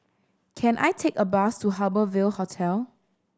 can I take a bus to Harbour Ville Hotel